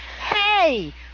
Hey